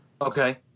Okay